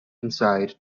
inside